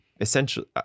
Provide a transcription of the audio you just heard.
essentially